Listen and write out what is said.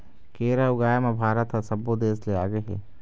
केरा ऊगाए म भारत ह सब्बो देस ले आगे हे